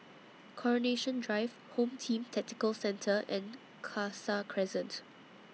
Coronation Drive Home Team Tactical Centre and Khalsa Crescent